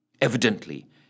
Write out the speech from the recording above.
evidently